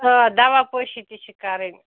آ دَوا پٲشی تہِ چھِ کَرٕنۍ